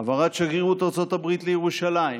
העברת שגרירות ארצות הברית לירושלים,